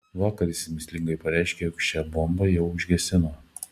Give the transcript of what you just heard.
vakar jis mįslingai pareiškė jog šią bombą jau užgesino